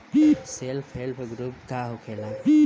Self help group का होखेला?